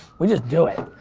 we just do it,